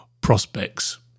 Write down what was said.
prospects